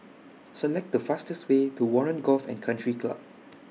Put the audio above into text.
Select The fastest Way to Warren Golf and Country Club